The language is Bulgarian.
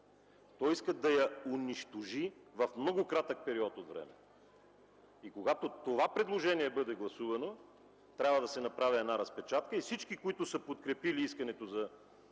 Той иска да я унищожи в много кратък период от време и когато това предложение бъде гласувано, трябва да се направи една разпечатка, и всички, които са подкрепили искането за